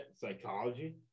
psychology